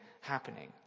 happening